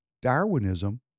Darwinism